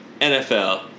NFL –